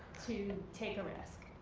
to take a risk?